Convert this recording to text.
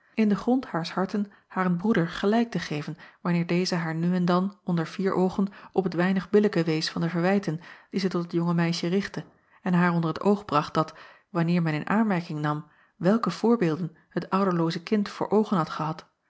in den grond haars acob van ennep laasje evenster delen harten haren broeder gelijk te geven wanneer deze haar nu en dan onder vier oogen op het weinig billijke wees van de verwijten die zij tot het jonge meisje richtte en haar onder t oog bracht dat wanneer men in aanmerking nam welke voorbeelden het ouderlooze kind voor oogen had gehad